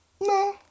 No